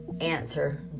answer